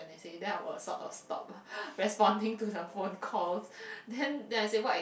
then say I will sort of stop responding to the phone calls then then I say what is